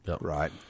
right